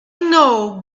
know